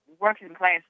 working-class